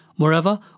Moreover